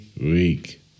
week